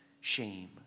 shame